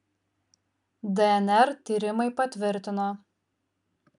dnr tyrimai patvirtino